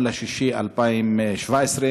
ב-1 ביוני 2017,